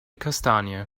kastanie